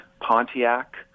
Pontiac